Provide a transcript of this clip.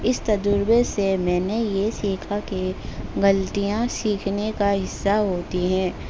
اس تجربے سے میں نے یہ سیکھا کہ غلطیاں سیکھنے کا حصہ ہوتی ہیں